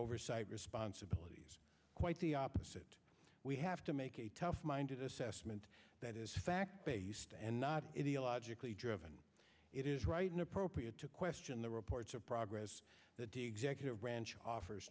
oversight responsibilities quite the opposite we have to make a tough minded assessment that is fact based and not logically driven it is right and appropriate to question the reports of progress that the executive branch offers